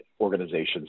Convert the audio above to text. organizations